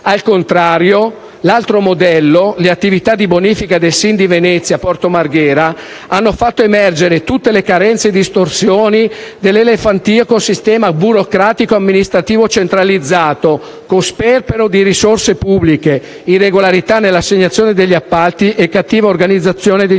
Al contrario, le attività di bonifica del SIN di Venezia-Porto Marghera (l'altro modello) hanno fatto emergere tutte le carenze e distorsioni dell'elefantiaco sistema burocratico-amministrativo centralizzato, con sperpero di risorse pubbliche, irregolarità nell'assegnazione degli appalti e cattiva organizzazione degli investimenti.